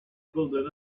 pulled